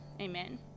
Amen